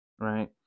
right